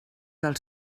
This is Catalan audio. del